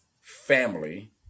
family